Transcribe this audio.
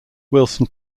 wilson